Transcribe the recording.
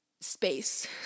space